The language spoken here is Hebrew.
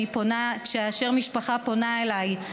כאשר משפחה פונה אליי,